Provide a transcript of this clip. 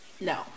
no